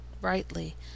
rightly